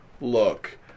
look